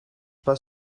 pas